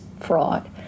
fraud